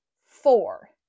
four